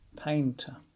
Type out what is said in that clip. Painter